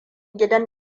gidan